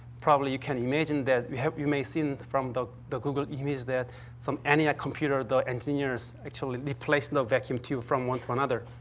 probably you can imagine that you have you may seen from the the google image that some any a computer, the engineers actually replaced the vacuum tube from one to another,